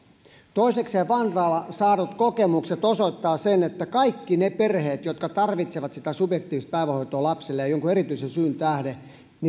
toisekseen vantaalla saadut kokemukset osoittavat sen että kaikki ne perheet jotka tarvitsevat subjektiivista päivähoitoa lapsilleen jonkun erityisen syyn tähden